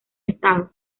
estados